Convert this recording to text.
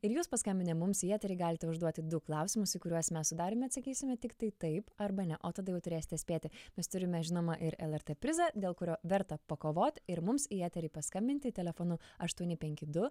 ir jūs paskambinę mums į eterį galite užduoti du klausimus į kuriuos mes su dariumi atsakysime tiktai taip arba ne o tada jau turėsite spėti mes turime žinoma ir lrt prizą dėl kurio verta pakovot ir mums į eterį paskambinti telefonu aštuoni penki du